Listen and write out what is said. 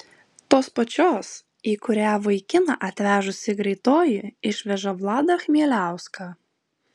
tos pačios į kurią vaikiną atvežusi greitoji išveža vladą chmieliauską